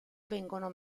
vengono